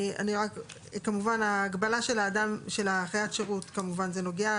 כמובן ההגבלה של חיית השירות זה נוגע,